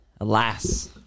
Alas